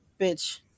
bitch